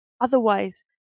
otherwise